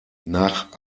nach